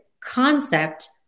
concept